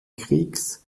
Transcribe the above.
kriegs